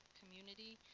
community